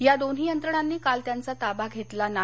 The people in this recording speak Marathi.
या दोन्ही यंत्रणांनी काल त्यांचा ताबा घेतला नाही